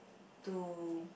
to